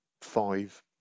five